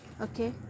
okay